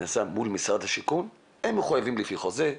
בין משרד השיכון והקבלנים הם מחויבים לפי חוזה,